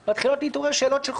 ולי יש רק הודעות נאצה.